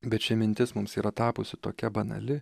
bet ši mintis mums yra tapusi tokia banali